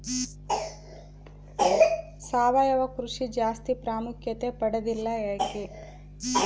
ಸಾವಯವ ಕೃಷಿ ಜಾಸ್ತಿ ಪ್ರಾಮುಖ್ಯತೆ ಪಡೆದಿಲ್ಲ ಯಾಕೆ?